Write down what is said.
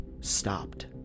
stopped